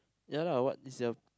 ya lah what is the